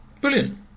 Brilliant